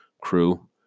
crew